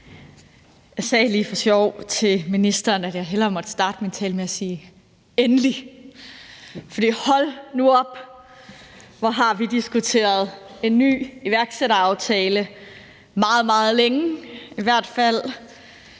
Jeg sagde lige for sjov til ministeren, at jeg hellere måtte starte min tale med at sige: Endelig! For hold nu op, hvor har vi diskuteret en ny iværksætteraftale meget, meget længe, i hvert fald